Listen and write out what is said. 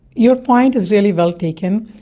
your point is really well taken.